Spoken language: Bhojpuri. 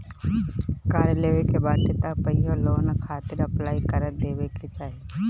कार लेवे के बाटे तअ पहिले लोन खातिर अप्लाई कर देवे के चाही